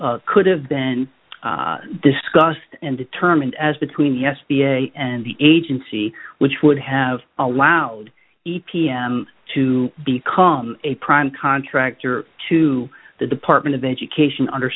could have been discussed and determined as between the s b a and the agency which would have allowed the pm to become a prime contractor to the department of education under